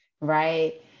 right